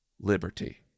liberty